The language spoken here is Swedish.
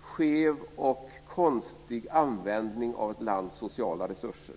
skev och konstig användning av ett lands sociala resurser.